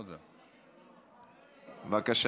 בבקשה.